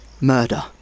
Murder